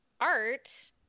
art